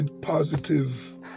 positive